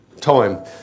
time